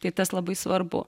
tai tas labai svarbu